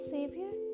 Savior